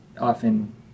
often